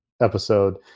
episode